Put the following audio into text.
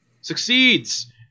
Succeeds